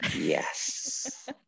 yes